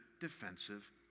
defensive